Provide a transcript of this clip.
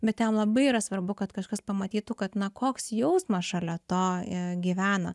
bet jam labai yra svarbu kad kažkas pamatytų kad na koks jausmas šalia to jie gyvena